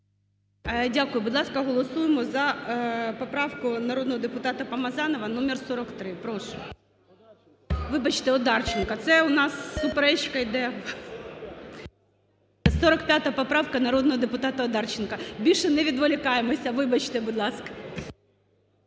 Дякую. Будь ласка, голосуємо за поправку народного депутата Помазанова номер 43, прошу. Вибачте, Одарченка, це в нас суперечка йде. 45 поправка народного депутата Одарченка. Більше не відволікаємося, вибачте, будь ласка.